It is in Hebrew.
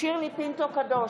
שירלי פינטו קדוש,